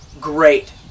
great